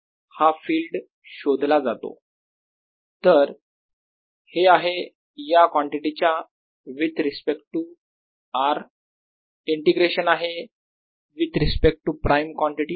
dl×r rr r3 तर हे आहे या कॉन्टिटीच्या with respect to r integration आहे with respect to prime quantity